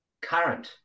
Current